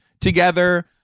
together